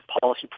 policy